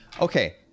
okay